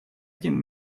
этим